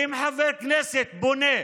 אם חבר כנסת פונה,